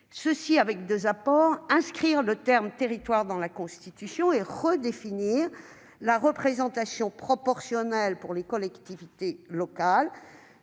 par deux apports : inscrire le terme « territoire » dans la Constitution et redéfinir la représentation proportionnelle pour les collectivités locales,